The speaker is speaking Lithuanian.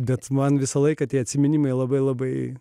bet man visą laiką tie atsiminimai labai labai